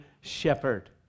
shepherd